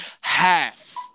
Half